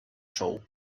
шоу